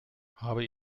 habe